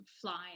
flying